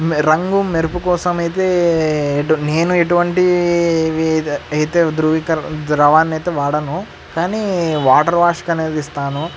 రంగు మెరుపు కోసం అయితే అటు నేను ఎటువంటి అయితే ధృవకర ద్రవాన్ని అయితే వాడను కానీ వాటర్ వాష్కు అనేది ఇస్తాను